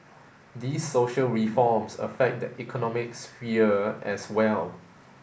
these social reforms affect the economic sphere as well